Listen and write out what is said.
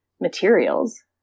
materials